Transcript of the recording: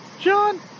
John